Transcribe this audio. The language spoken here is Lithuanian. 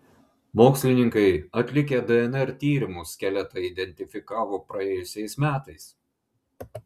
mokslininkai atlikę dnr tyrimus skeletą identifikavo praėjusiais metais